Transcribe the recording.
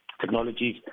technologies